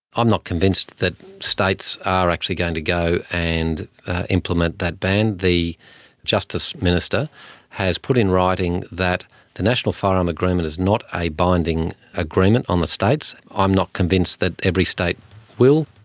i'm not convinced that states are actually going to go and implement that ban. the justice minister has put in writing that the national firearm agreement is not a binding agreement on the states. i'm not convinced that every state will.